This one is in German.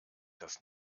das